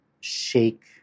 shake